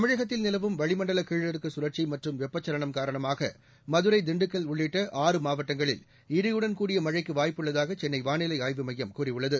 தமிழகத்தில் நிலவும் வளிமண்டல கீழடுக்கு சுழற்சி மற்றும் வெப்பச்சலனம் காரணமாக மதுரை திண்டுக்கல் உள்ளிட்ட ஆறு மாவட்டங்களில் இடியுடன் கூடிய மழைக்கு வாய்ப்புள்ளதாக சென்னை வானிலை ஆய்வு மையம் கூறியுள்ளது